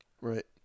Right